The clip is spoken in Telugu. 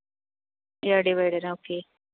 yeah divider uh okay